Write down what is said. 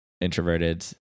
introverted